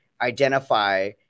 identify